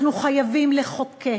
אנחנו חייבים לחוקק.